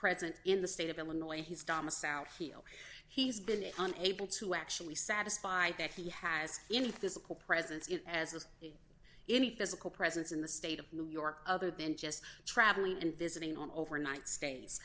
present in the state of illinois his dhamma southfield he's been unable to actually satisfied that he has any physical presence as of any physical presence in the state of new york other than just traveling and visiting on overnight stays